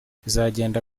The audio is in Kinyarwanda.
bizagenda